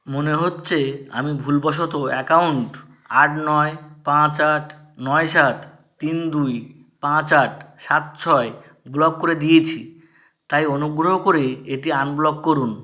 মনে হচ্ছে আমি ভুলবশত অ্যাকাউন্ট আট নয় পাঁচ আট নয় সাত তিন দুই পাঁচ আট সাত ছয় ব্লক করে দিয়েছি তাই অনুগ্রহ করে এটি আনব্লক করুন